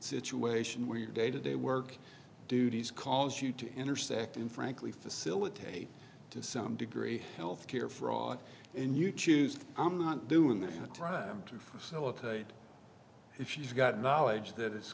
situation where your day to day work duties cause you to intersect and frankly facilitate to some degree health care fraud and you choose i'm not doing the time to facilitate if she's got knowledge that i